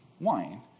wine